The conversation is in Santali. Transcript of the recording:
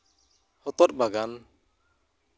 ᱦᱚᱛᱚᱫ ᱵᱟᱜᱟᱱ